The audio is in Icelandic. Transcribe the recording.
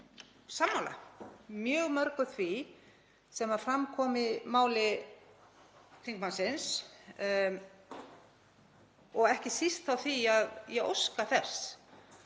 sammála mjög mörgu af því sem fram kom í máli þingmannsins og ekki síst því að ég óska þess